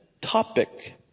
topic